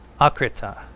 Akrita